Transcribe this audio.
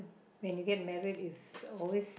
when you get married it's always it's